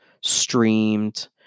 streamed